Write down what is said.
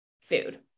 food